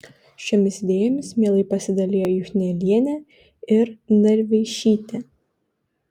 šiomis idėjomis mielai pasidalija juchnelienė ir narveišytė